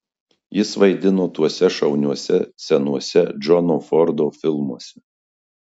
jis vaidino tuose šauniuose senuose džono fordo filmuose